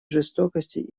жестокости